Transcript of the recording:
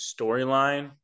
storyline